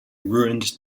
ruined